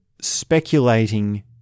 speculating